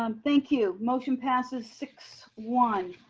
um thank you. motion passes six one.